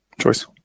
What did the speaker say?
choice